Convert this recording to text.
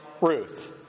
Ruth